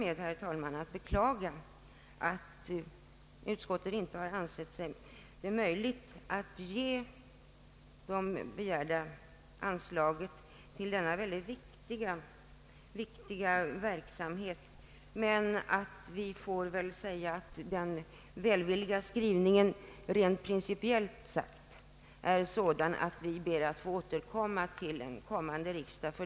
Jag skall sluta med att beklaga att utskottet inte har ansett det möjligt att ge det begärda anslaget till denna mycket viktiga verksamhet. Men utskottets skrivning är ändå principiellt så välvillig att vi ber att få återkomma till en kommande riksdag.